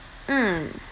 mm